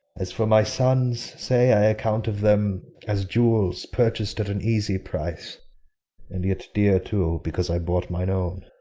as for my sons, say i account of them as jewels purchas'd at an easy price and yet dear too, because i bought mine own.